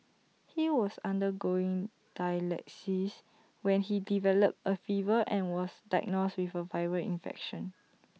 he was undergoing dialysis when he developed A fever and was diagnosed with A viral infection